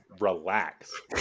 Relax